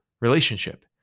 relationship